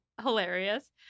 hilarious